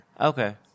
Okay